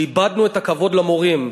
שאיבדנו את הכבוד למורים,